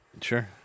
Sure